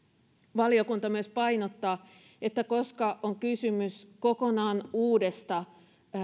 valiokunta myös painottaa että koska on kysymys kokonaan uudesta